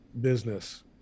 business